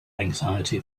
anxiety